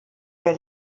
der